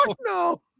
no